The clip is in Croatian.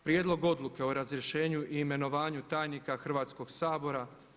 Prijedlog odluke o razrješenju i imenovanju tajnika Hrvatskog sabora.